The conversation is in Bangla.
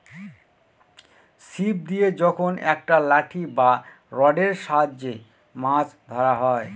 ছিপ দিয়ে যখন একটা লাঠি বা রডের সাহায্যে মাছ ধরা হয়